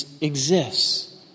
exists